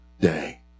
day